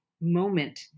moment